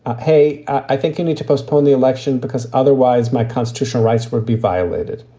ah hey, i think you need to postpone the election because otherwise my constitutional rights would be violated.